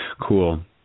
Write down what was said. Cool